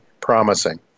promising